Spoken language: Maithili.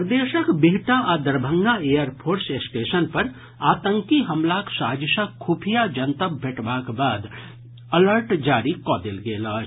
प्रदेशक बिहटा आ दरभंगा एयरफोर्स स्टेशन पर आतंकी हमलाक साजिशक खुफिया जनतब भेटबाक बाद अलर्ट जारी कऽ देल गेल अछि